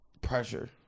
pressure